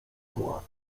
płacz